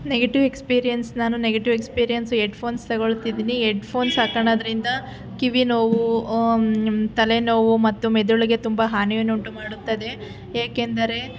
negative experience ನಾನು negative experience headphones ತಗೊಳ್ತಿದ್ದೀನಿ headphones ಹಾಕೋಳ್ಳೋದ್ರಿಂದ ಕಿವಿನೋವು ತಲೆನೋವು ಮತ್ತು ಮೆದುಳಿಗೆ ತುಂಬ ಹಾನಿಯನ್ನುಂಟುಮಾಡುತ್ತದೆ ಏಕೆಂದರೆ